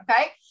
okay